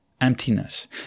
emptiness